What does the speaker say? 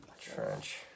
Trench